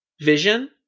vision